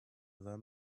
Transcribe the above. other